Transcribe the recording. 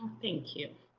thank you.